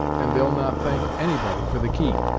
and they'll not thank anybody for the key.